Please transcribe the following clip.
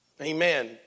Amen